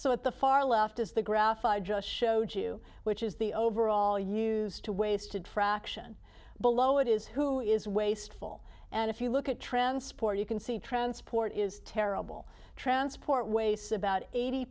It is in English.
so at the far left is the graph i just showed you which is the overall use to waisted fraction below it is who is wasteful and if you look at transport you can see transport is terrible transport wastes about eighty